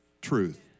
truth